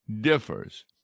differs